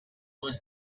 was